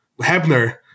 Hebner